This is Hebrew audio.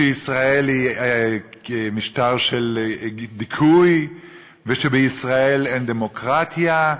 שישראל היא משטר של דיכוי ושבישראל אין דמוקרטיה?